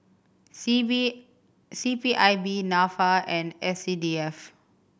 C P C P I B Nafa and S C D F